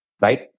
right